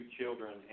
children